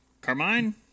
carmine